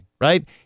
right